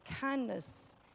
kindness